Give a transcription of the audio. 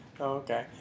okay